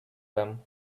them